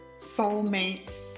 soulmates